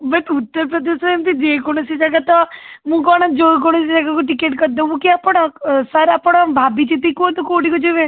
but ଉତ୍ତରପ୍ରଦେଶର ଏମିତି ଯେକୌଣସି ଯାଗା ତ ମୁଁ କ'ଣ ଯେକୌଣସି ଯାଗାକୁ ଟିକେଟ୍ କରି ଦେବୁ କି ଆପଣ ସାର୍ ଆପଣ ଭାବିଚିନ୍ତି କୁହନ୍ତୁ କେଉଁଠିକୁ ଯିବେ